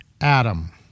Adam